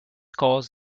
caused